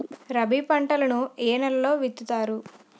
రబీ పంటలను ఏ నెలలో విత్తుతారు?